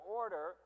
order